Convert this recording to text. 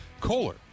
Kohler